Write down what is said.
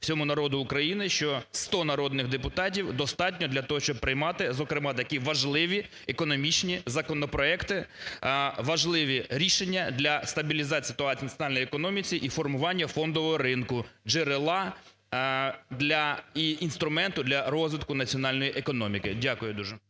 всьому народу України, що 100 народних депутатів достатньо для того, щоб приймати, зокрема, такі важливі економічні законопроекти, важливі рішення для стабілізації ситуації в національній економіці і формуванню фондового ринку, джерела, інструменту для розвитку національної економіки. Дякую дуже.